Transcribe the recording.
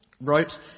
wrote